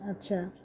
আচ্ছা